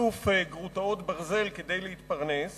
ובאיסוף גרוטאות ברזל כדי להתפרנס.